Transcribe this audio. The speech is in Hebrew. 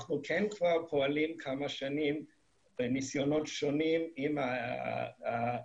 אנחנו כן כבר פועלים כמה שנים בניסיונות שונים עם האשכולות